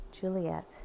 juliet